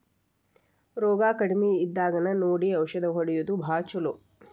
ರೋಗಾ ಕಡಮಿ ಇದ್ದಾಗನ ನೋಡಿ ಔಷದ ಹೊಡಿಯುದು ಭಾಳ ಚುಲೊ